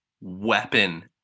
weapon